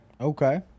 Okay